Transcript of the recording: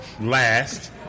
last